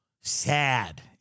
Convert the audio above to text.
sad